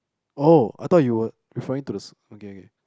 oh I thought you were referring to the s~ okay okay